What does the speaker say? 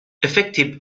effective